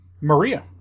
Maria